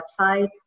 website